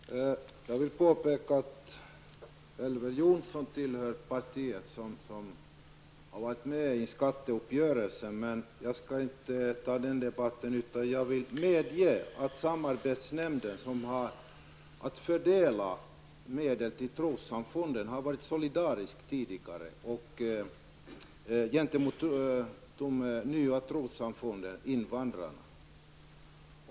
Herr talman! Jag vill påpeka att Elver Jonsson tillhör det parti som har varit med i skatteuppgörelsen. Jag skall dock inte ta upp den debatten nu. Jag vill medge att samarbetsnämnden, som har att fördela medel till trossamfunden, tidigare har varit solidarisk gentemot de nya trossamfunden som består av invandrare.